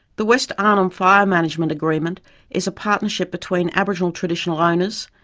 the west arnhem fire management agreement is a partnership between aboriginal traditional owners,